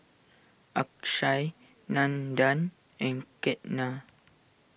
Akshay Nandan and Ketna